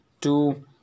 two